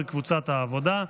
מירב כהן,